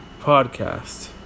podcast